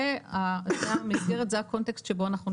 זה המסגרת, זה הקונטקסט שבו אנחנו נמצאים.